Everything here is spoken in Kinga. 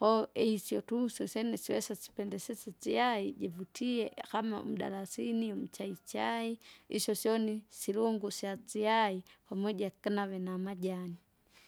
Koo isyo tuswe syene syoisi sipendesise itschai juvutie kama mdarasini, mchaichai isyo syoni, silungusya tsyai pamoja kinave namajani.